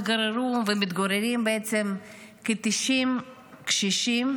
שבו התגוררו ומתגוררים בעצם כ-90 קשישים,